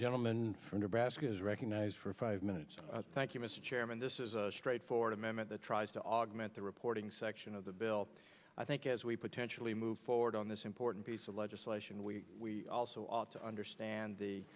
gentleman from nebraska is recognized for five minutes thank you mr chairman this is a straightforward amendment the tries to augment the reporting section of the bill i think as we potentially move forward on this important piece of legislation we also ought to understand the